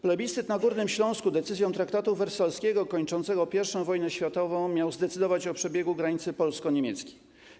Plebiscyt na Górnym Śląsku, decyzją traktatu wersalskiego kończącego I wojnę światową, miał zdecydować o przebiegu granicy polsko-niemieckiej.